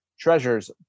treasures